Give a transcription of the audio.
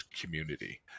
community